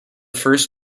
first